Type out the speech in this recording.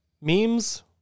memes